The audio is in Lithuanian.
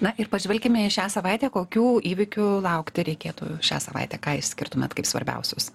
na ir pažvelkime į šią savaitę kokių įvykių laukti reikėtų šią savaitę ką išskirtumėt kaip svarbiausius